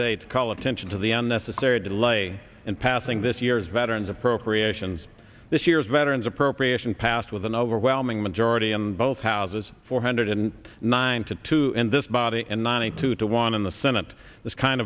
y to call attention to the unnecessary delay in passing this year's veterans appropriations this year's veterans appropriation passed with an overwhelming majority in both houses four hundred and nine to two in this body and ninety two to one in the senate this kind